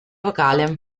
vocale